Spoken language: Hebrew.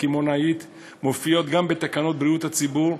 קמעוניות מופיעות גם בתקנות בריאות הציבור,